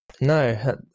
No